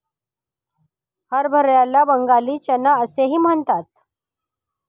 हरभऱ्याला बंगाली चना असेही म्हणतात